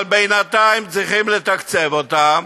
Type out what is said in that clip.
אבל בינתיים צריכים לתקצב אותם,